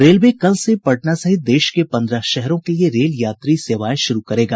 railway कल से पटना सहित देश के पन्द्रह शहरों के लिए रेल यात्री सेवाएं शुरु करेगा